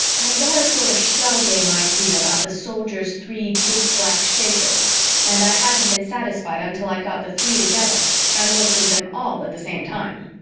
i'd got a sort of shell-game idea about the soldiers' three big black shakos and i hadn't been satisfied until i'd got the three together and looked in them all at the same time.